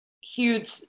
huge